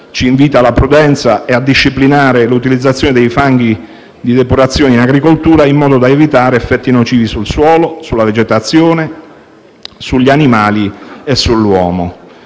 ci invita alla prudenza e a disciplinare l’utilizzazione dei fanghi di depurazione in agricoltura, in modo da evitare effetti nocivi sul suolo, sulla vegetazione, sugli animali e sull’uomo.